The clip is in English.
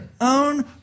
own